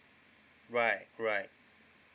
right right